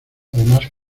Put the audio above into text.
además